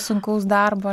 sunkaus darbo